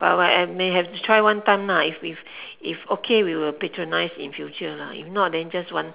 but I may have to try one time lah if if if okay we will patronise in future lah if not then just one